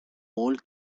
old